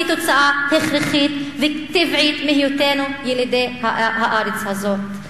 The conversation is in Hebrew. היא תוצאה הכרחית וטבעית מהיותנו ילידי הארץ הזאת.